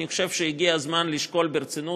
לכן אני חושב שהגיע הזמן לשקול ברצינות,